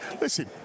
Listen